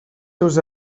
seus